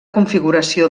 configuració